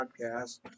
podcast